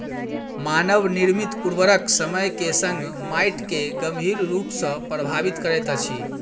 मानव निर्मित उर्वरक समय के संग माइट के गंभीर रूप सॅ प्रभावित करैत अछि